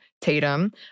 Tatum